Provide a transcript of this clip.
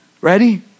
Ready